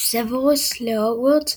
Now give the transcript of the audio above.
סוורוס להוגוורטס